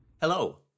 Hello